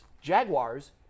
Jaguars